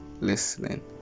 listening